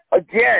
again